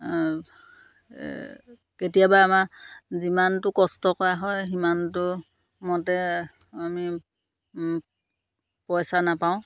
কেতিয়াবা আমাৰ যিমানটো কষ্ট কৰা হয় সিমানটো মতে আমি পইচা নাপাওঁ